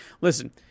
Listen